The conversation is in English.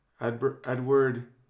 Edward